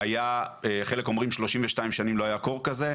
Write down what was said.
שהיה חלק אומרים 32 שנים לא היה קור כזה.